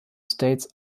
states